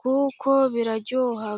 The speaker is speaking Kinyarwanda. kuko biraryoha.